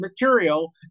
material